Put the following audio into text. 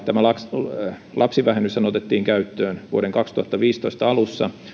tämä lapsivähennyshän otettiin käyttöön vuoden kaksituhattaviisitoista alussa